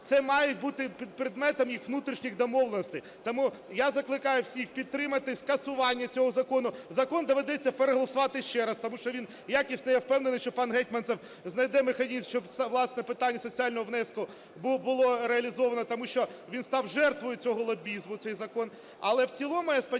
Це має бути предметом їх внутрішніх домовленостей. Тому я закликаю всіх підтримати скасування цього закону. Закон доведеться переголосувати ще раз, тому що він якісний. Я впевнений, що пан Гетманцев знайде механізм, щоб, власне, питання соціального внеску було реалізовано, тому що він став жертвою цього лобізму, цей закон. Але в цілому, я сподіваюсь,